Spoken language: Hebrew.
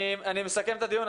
אני מסכם את הדיון.